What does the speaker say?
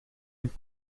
een